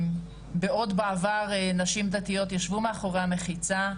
בעוד בעבר נשים דתיות ישבו מאחורי המחיצה,